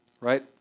Right